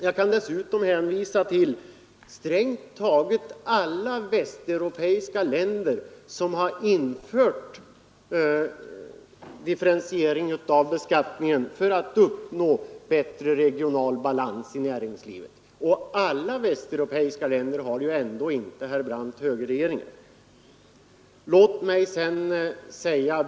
Jag kan dessutom hänvisa till strängt taget alla västeuropeiska länder som har infört differentiering av beskattningen för att uppnå bättre regional balans i näringslivet. Alla västeuropeiska länder har ju ändå inte, herr Brandt, högerregeringar.